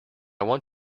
want